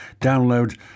download